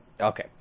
Okay